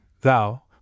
thou